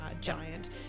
giant